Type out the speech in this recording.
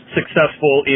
successful